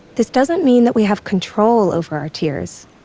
this doesn't mean that we have control over our tears.